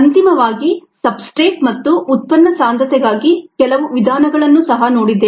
ಅಂತಿಮವಾಗಿ ಸಬ್ಸ್ಟ್ರೇಟ್ ಮತ್ತು ಉತ್ಪನ್ನ ಸಾಂದ್ರತೆಗಾಗಿ ಕೆಲವು ವಿಧಾನಗಳನ್ನು ಸಹ ನೋಡಿದ್ದೇವೆ